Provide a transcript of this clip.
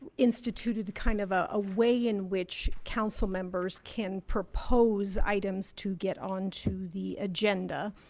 instituted kind of a way in which council members can propose items to get on to the agenda